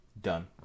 Done